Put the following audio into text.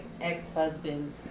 ex-husbands